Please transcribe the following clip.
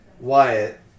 Wyatt